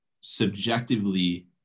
subjectively